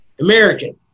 American